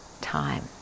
time